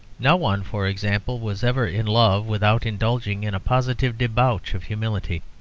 no one, for example, was ever in love without indulging in a positive debauch of humility.